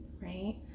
Right